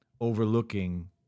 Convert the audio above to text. overlooking